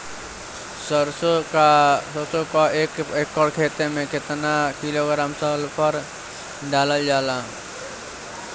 सरसों क एक एकड़ खेते में केतना किलोग्राम सल्फर डालल जाला?